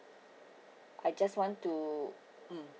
I just want to mm